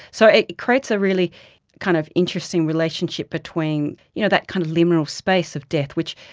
so it creates a really kind of interesting relationship between you know that kind of liminal space of death which,